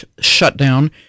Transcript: shutdown